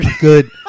Good